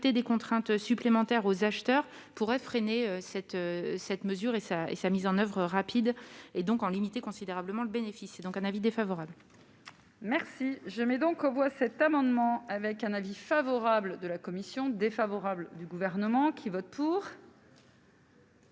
des contraintes supplémentaires aux acheteurs pourrait freiner cette cette mesure et ça et sa mise en oeuvre rapide et donc en limiter considérablement le bénéfice est donc un avis défavorable. Merci, je mets donc aux voix cet amendement avec un avis favorable de la commission défavorable du gouvernement qui vote pour.